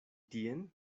tien